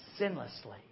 sinlessly